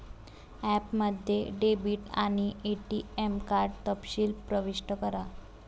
ॲपमध्ये डेबिट आणि ATM card तपशील प्रविष्ट करा